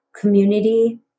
community